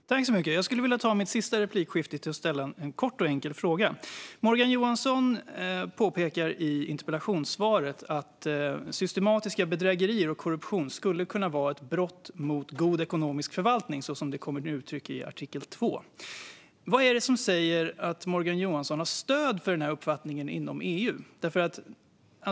Fru ålderspresident! Jag skulle vilja använda den sista repliken till att ställa en kort och enkel fråga. Morgan Johansson påpekar i interpellationssvaret att systematiska bedrägerier och korruption skulle kunna vara ett brott mot god ekonomisk förvaltning så som det kommer till uttryck i artikel 2. Vad är det som säger att Morgan Johansson har stöd för den här uppfattningen inom EU?